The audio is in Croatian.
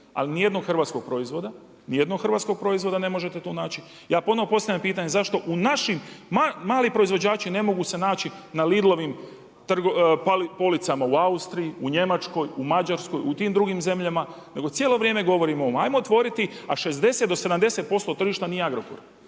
naći sve po dvije kune, ali ni jednog hrvatskog proizvoda ne možete tu naći. Ja ponovno postavljam pitanje zašto u našim naši mali proizvođači ne mogu se naći na Lidlovim policama u Austriji, u Njemačkoj, u Mađarskoj, u tim drugim zemljama, nego cijelo vrijeme govorimo hajmo otvoriti, a 60 do 70% tržišta nije Agrokor.